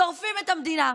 שורפים את המדינה.